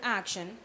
action